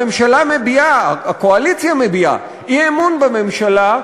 הקואליציה מביעה אי-אמון בממשלה,